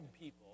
people